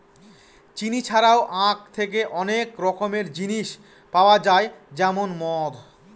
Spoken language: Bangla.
চিনি ছাড়াও আঁখ থেকে অনেক রকমের জিনিস পাওয়া যায় যেমন মদ